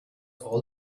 all